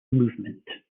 movement